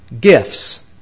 gifts